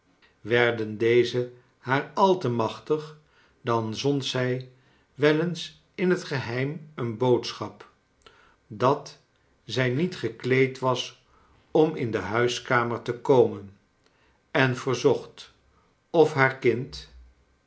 werden deze haar al te machtig dan zond zij wel eens in het geheim een boodschap dat zij niet gekleed was om in de huiskamer te komen en verzoeht of haar kind